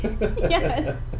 Yes